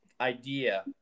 idea